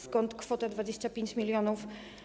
Skąd kwota 25 mln?